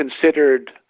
considered